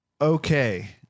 okay